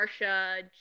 Marsha